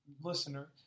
listener